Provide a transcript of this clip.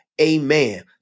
amen